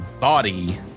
Body